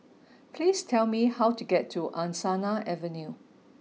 please tell me how to get to Angsana Avenue